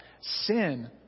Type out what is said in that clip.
sin